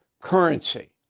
currency